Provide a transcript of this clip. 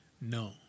no